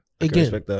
again